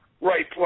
right